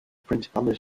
principales